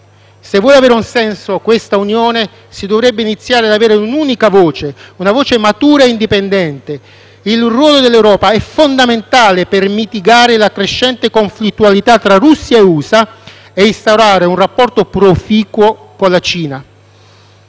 vuole avere un senso, si dovrebbe iniziare ad avere un'unica voce, una voce matura e indipendente. Il ruolo dell'Europa è fondamentale per mitigare la crescente conflittualità tra Russia e USA e instaurare un rapporto proficuo con la Cina.